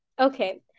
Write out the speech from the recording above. Okay